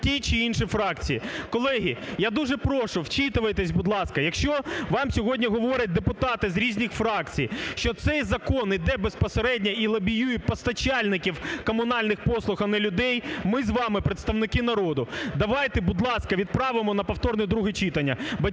Колеги, я дуже прошу, вчитуйтесь, будь ласка. Якщо вам сьогодні говорять депутати з різних фракцій, що цей закон йде безпосередньо і лобіює постачальників комунальних послуг, а не людей, ми з вами представники народу, давайте, будь ласка, відправимо на повторне друге читання.